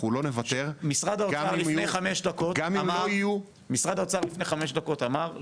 אנחנו לא נוותר גם אם לא יהיו --- משרד האוצר לפני חמש דקות אמר,